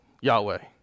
Yahweh